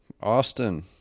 Austin